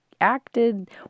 acted